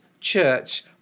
church